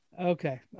okay